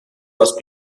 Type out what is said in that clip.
must